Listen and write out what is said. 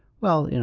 well,